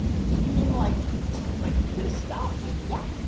you mean like like this stuff? yep.